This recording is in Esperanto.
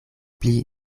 pli